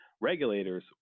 regulators